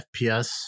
FPS